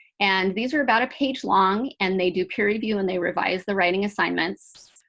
and these are about a page long. and they do peer review and they revise the writing assignments.